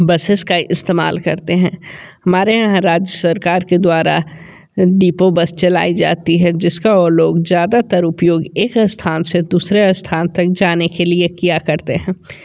buses का इस्तेमाल करते हैं हमारे यहाँ राज्य सरकार के द्वारा डिपो बस चलाई जाती है जिसका वह लोग ज़्यादातर उपयोग एक स्थान से दूसरे स्थान तक जाने के लिए किया करते हैं